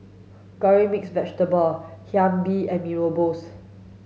curry mixed vegetable Hae Mee and Mee Rebus